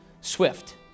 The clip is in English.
swift